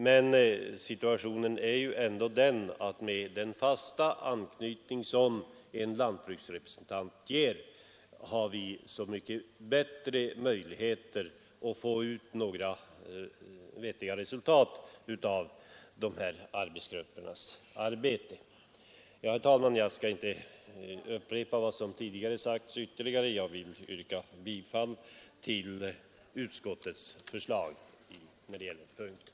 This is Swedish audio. Med den fasta anknytning som en lantbruksrepresentant ger har vi emellertid mycket större möjligheter att få fram vettiga resultat av de här arbetsgruppernas arbete. Herr talman! Jag skall inte upprepa vad som tidigare har sagts utan ber med detta att få yrka bifall till utskottets hemställan vid punkten 2.